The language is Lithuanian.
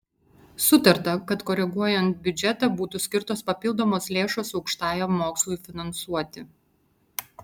sutarta kad koreguojant biudžetą būtų skirtos papildomos lėšos aukštajam mokslui finansuoti